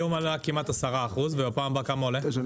היום עלה כמעט 10% ובפעם הבאה כמה עולה?